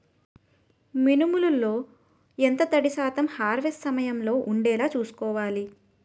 మినుములు లో ఎంత తడి శాతం హార్వెస్ట్ సమయంలో వుండేలా చుస్కోవాలి?